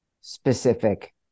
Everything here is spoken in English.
specific